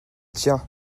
tiens